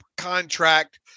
contract